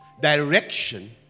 direction